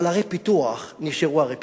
אבל ערי פיתוח נשארו ערי פיתוח.